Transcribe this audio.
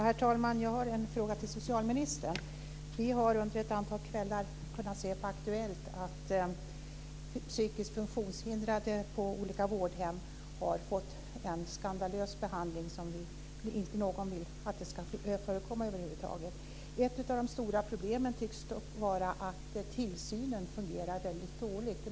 Herr talman! Jag har en fråga till socialministern. Vi har under ett antal kvällar kunnat se på Aktuellt att psykiskt funktionshindrade på olika vårdhem har fått en skandalös behandling som ingen över huvud taget vill ska förekomma. Ett av de stora problemen tycks dock vara att tillsynen fungerar väldigt dåligt.